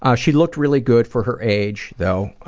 ah she looked really good for her age, though,